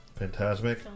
Fantasmic